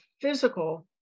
physical